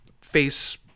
face